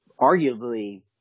arguably